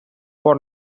por